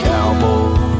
Cowboy